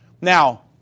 Now